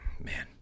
Man